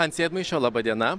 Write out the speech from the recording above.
ant sėdmaišio laba diena